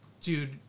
dude